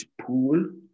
pool